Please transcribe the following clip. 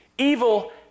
Evil